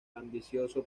ambicioso